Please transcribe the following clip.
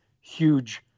huge